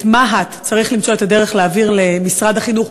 את מה"ט צריך למצוא את הדרך להעביר למשרד החינוך,